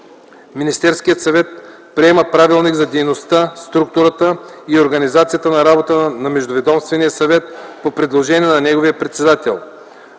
Министерският съвет приема правилник за дейността, структурата и организацията на работата на Междуведомствения съвет по предложение на неговия председател.